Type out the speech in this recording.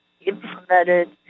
implemented